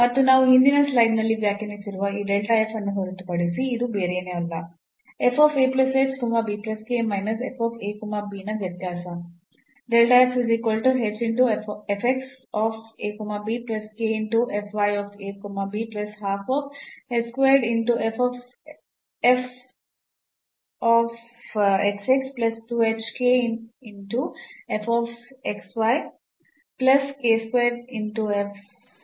ಮತ್ತು ನಾವು ಹಿಂದಿನ ಸ್ಲೈಡ್ನಲ್ಲಿ ವ್ಯಾಖ್ಯಾನಿಸಿರುವ ಈ ಅನ್ನು ಹೊರತುಪಡಿಸಿ ಅದು ಬೇರೇನೂ ಅಲ್ಲ